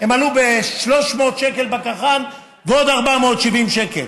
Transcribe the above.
עלו ב-300 שקל בקח"ן ועוד 470 שקל,